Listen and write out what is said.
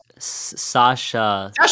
Sasha